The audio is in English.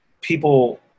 people